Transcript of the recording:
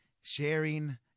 sharing